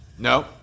No